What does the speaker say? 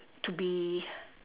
to be